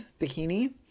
bikini